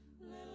Little